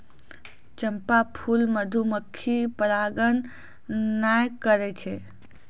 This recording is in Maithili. चंपा फूल मधुमक्खी परागण नै करै छै